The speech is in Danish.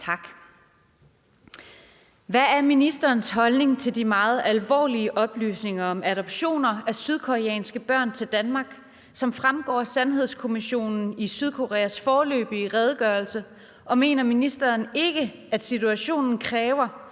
Hvad er ministerens holdning til de meget alvorlige oplysninger om adoptioner af sydkoreanske børn til Danmark, som fremgår af Sandhedskommissionen i Sydkoreas foreløbige redegørelse, og mener ministeren ikke, at situationen kræver,